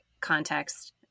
context